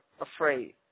afraid